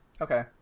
Okay